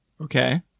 okay